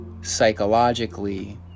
psychologically